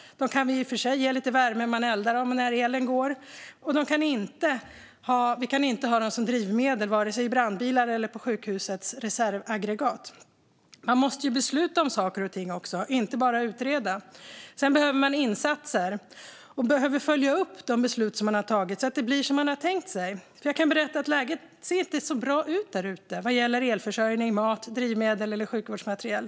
De kan i och för sig ge lite värme om man eldar dem när elen går, men de kan inte användas som drivmedel i vare sig brandbilar eller sjukhusets reservaggregat. Man måste besluta om saker och ting, inte bara utreda. Sedan behöver insatser göras, och besluten måste följas upp så att det blir som man har tänkt sig. Jag kan berätta att läget inte ser så bra ut där ute vad gäller elförsörjning, mat, drivmedel eller sjukvårdsmateriel.